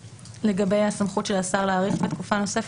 לגבי הסמכות של השר להאריך בתקופה נוספת,